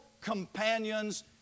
companions